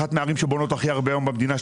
אחת מהערים שבונות הכי הרבה במדינה,